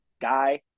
guy